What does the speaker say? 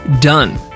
done